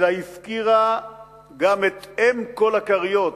אלא הפקירה גם את אם כל הכריות,